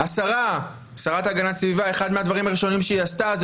השרה להגנת הסביבה אחד מהדברים הראשונים שהיא עשתה זה